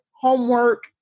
homework